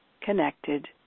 connected